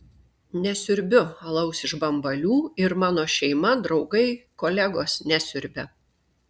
nesiurbiu alaus iš bambalių ir mano šeima draugai kolegos nesiurbia